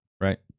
right